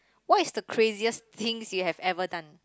what is the craziest things you have ever done